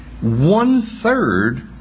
One-third